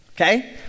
Okay